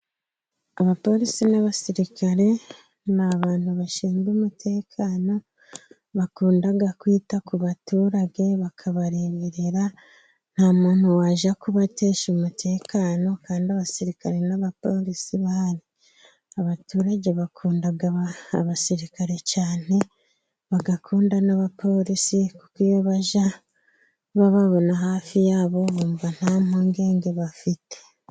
Abapolisi n'abasirikare, ni abantu bashinzwe umutekano, bakunda kwita ku baturage, bakabareberera, nta muntu wajya kubatesha umutekano, kandi abasirikare n'abapolisi bahari. Abaturage bakunda abasirikare cyane, bagakunda n'abapolisi, kuko iyo bajya bababona hafi yabo, bumva nta mpungenge bafite.